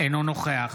אינו נוכח